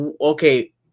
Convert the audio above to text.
okay